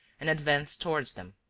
and advanced towards them.